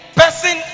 person